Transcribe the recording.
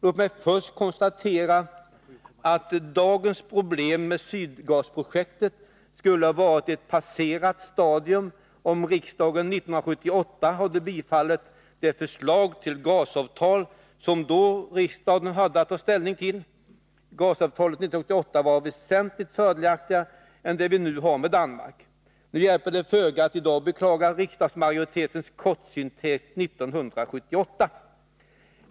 Låt mig först konstatera att dagens problem med Sydgasprojektet skulle ha varit ett passerat stadium, om riksdagen 1978 hade bifallit det förslag till gasavtal som den då hade att ta ställning till. Gasavtalet 1978 var väsentligt fördelaktigare än det vi nu har med Danmark. Dock hjälper det föga att i dag beklaga riksdagsmajoritetens kortsynthet 1978.